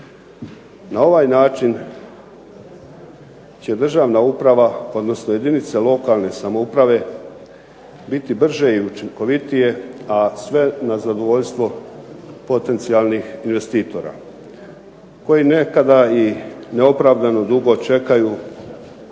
Na ovaj način će državna uprava, odnosno jedinice lokalne samouprave biti brže i učinkovitije a sve na zadovoljstvo potencijalnih investitora koji nekada i neopravdano dugo čekaju pojedine